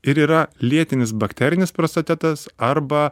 ir yra lėtinis bakterinis prostatetas arba